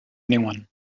anyone